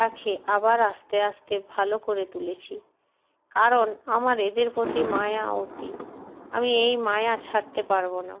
তাকে আবার আস্তে আস্তে ভালো করে তুলেছি কারণ আমার এদের প্রতি মায়া অতি আমি এই মায়া ছাড়তে পারব না